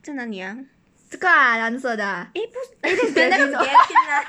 这个 ah 蓝色的 ah eh that's gavin